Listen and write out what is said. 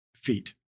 feet